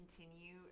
continue